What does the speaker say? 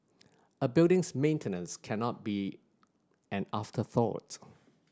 a building's maintenance cannot be an afterthought